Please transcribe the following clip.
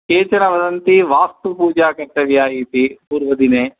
केचन वदन्ति वास्तुपूजा कर्तव्या इति पूर्वदिने